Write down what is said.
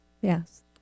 Yes